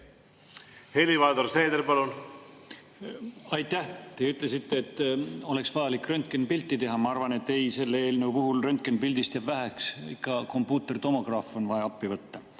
Helir-Valdor Seeder, palun! Aitäh! Te ütlesite, et oleks vaja röntgenipilti teha. Ma arvan, et ei, selle eelnõu puhul jääb röntgenipildist väheks, ikka kompuutertomograaf on vaja appi võtta. Aga